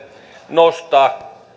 nostaa